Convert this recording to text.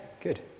good